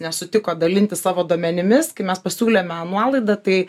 nesutiko dalintis savo duomenimis kai mes pasiūlėme nuolaidą tai